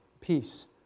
peace